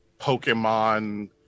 pokemon